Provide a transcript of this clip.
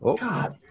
God